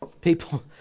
people